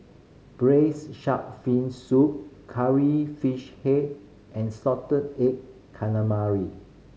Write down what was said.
braise shark fin soup Curry Fish Head and salted egg calamari